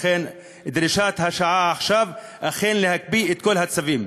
לכן, דרישת השעה עכשיו היא להקפיא את כל הצווים.